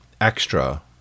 extra